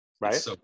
Right